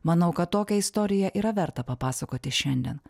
manau kad tokią istoriją yra verta papasakoti šiandien